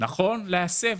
נכון להסב.